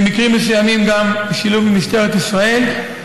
במקרים מסוימים גם בשיתוף משטרת ישראל,